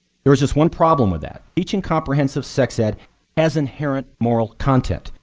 there is just one problem with that. teaching comprehensive sex ed has inherent moral content.